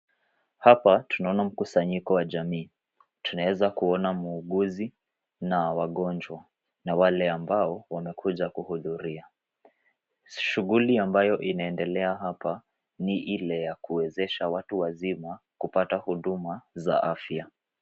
Hapa tunaona mkusanyiko wa jamii. Tunaweza kuona muuguzi na wagonjwa na wale ambao wanakuja kuhudhuria. Shughuli ambayo inaendelea hapa ni ile ya kuwezesha watu wazima kupata huduma za afya.